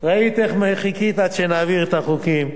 חיכית עד שנעביר את החוקים.